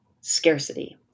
scarcity